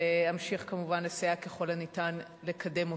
ואמשיך כמובן לסייע ככל הניתן כדי לקדם אותו.